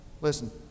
Listen